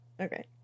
Okay